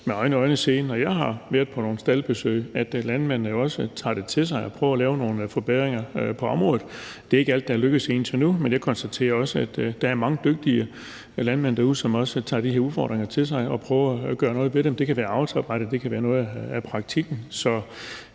jeg har været på nogle staldbesøg, at landmændene jo også tager det til sig og prøver at lave nogle forbedringer på området. Det er ikke alt, der er lykkedes indtil nu, men jeg konstaterer, at der er mange dygtige landmænd derude, som også tager de her udfordringer til sig og prøver at gøre noget ved dem. Det kan være avlsarbejde, det kan være noget af praktikken.